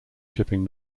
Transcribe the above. chipping